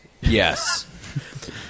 yes